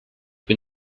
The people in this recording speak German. bin